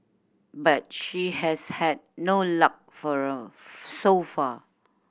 but she has had no luck for so far